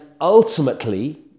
ultimately